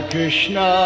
Krishna